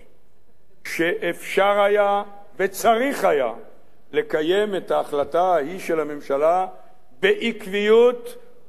שאפשר היה וצריך היה לקיים את ההחלטה ההיא של הממשלה בעקביות ובאדיקות,